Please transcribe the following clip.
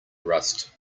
rust